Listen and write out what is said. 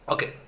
Okay